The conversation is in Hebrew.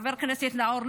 חבר הכנסת נאור,